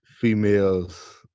females